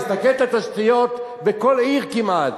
תסתכל על התשתיות בכל עיר כמעט.